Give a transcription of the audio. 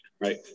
Right